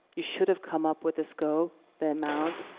you should have come up with a scope, the amount,